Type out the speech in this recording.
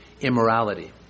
immorality